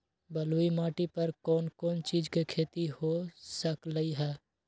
बलुई माटी पर कोन कोन चीज के खेती हो सकलई ह?